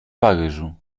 paryżu